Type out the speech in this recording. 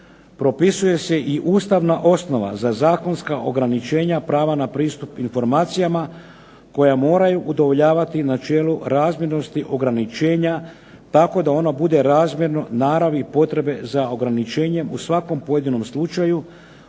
Propisuje se i ustavna osnova za zakonska ograničenja prava na pristup informacijama koja moraju udovoljavati načelu razmjernosti ograničenja tako da ona bude razmjerno naravi potrebe za ograničenjem u svakom pojedinom slučaju